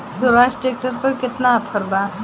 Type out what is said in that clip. Swaraj tractor पर केतना offer बा?